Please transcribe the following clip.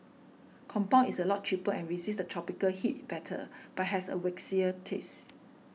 compound is a lot cheaper and resists the tropical heat better but has a waxier taste